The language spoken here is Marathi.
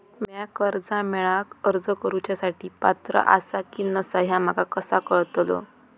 म्या कर्जा मेळाक अर्ज करुच्या साठी पात्र आसा की नसा ह्या माका कसा कळतल?